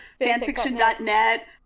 fanfiction.net